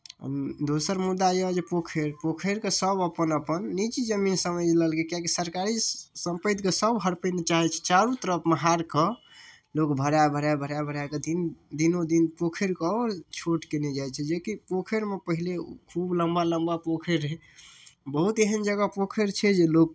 दोसर मुद्दा यऽ जे पोखरि पोखरिके सब अपन अपन निजी जमीन समझि लेलकै किएकि सरकारी सम्पतिके सब हरपै लए चाहै छै चारू तरफ महारके लोग भराए भराए भराए भराए कऽ दिन दिनोदिन पोखरिके छोट केने जाइ छै जेकि पोखरिमे पहिले खूब लम्बा लम्बा पोखरि हय बहुत एहेन जगह पोखरि छै जे लोक